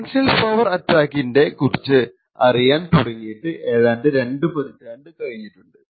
differential power അറ്റാക്കിനെ കുറിച്ച് അറിയാൻ തുടങ്ങിയിട്ട് ഏതാണ്ട് രണ്ടു പതിറ്റാണ്ട് ആയിട്ടുണ്ട്